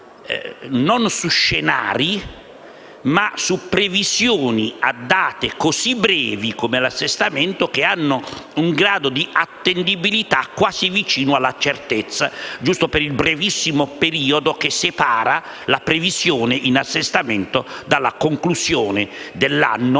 non su scenari, ma su previsioni a date così brevi, come l'Assestamento, che hanno un grado di attendibilità quasi vicino alla certezza, giusto per il brevissimo periodo che separa la previsione in assestamento dalla conclusione dell'anno